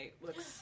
looks